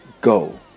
Go